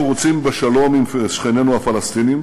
אנחנו רוצים בשלום עם שכנינו הפלסטינים,